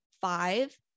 five